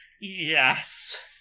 Yes